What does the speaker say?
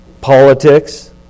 politics